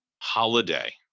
holiday –